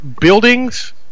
Buildings